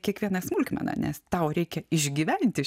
kiekvieną smulkmeną nes tau reikia išgyventi